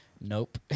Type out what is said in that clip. nope